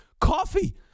Coffee